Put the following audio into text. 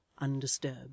undisturbed